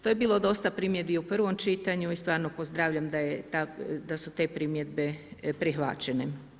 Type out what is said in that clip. To je bilo dosta primjedbi u prvom čitanju i stvarno pozdravljam da su te primjedbe prihvaćene.